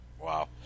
Wow